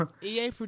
EA